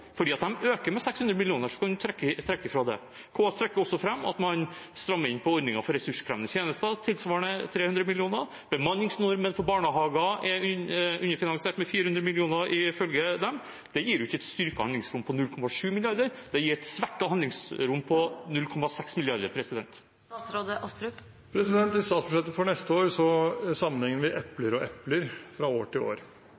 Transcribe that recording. øker med 600 mill. kr. Så man kan trekke fra det. KS trekker også fram at man strammer inn på ordningen for ressurskrevende tjenester tilsvarende 300 mill. kr. Bemanningsnormen for barnehager er ifølge dem underfinansiert med 400 mill. kr. Det gir jo ikke et styrket handlingsrom på 0,7 mrd. kr, det gir et svekket handlingsrom på 0,6 mrd. kr. I statsbudsjettet for neste år sammenligner vi epler og epler, fra år